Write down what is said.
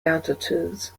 altitudes